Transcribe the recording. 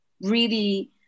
really-